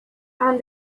and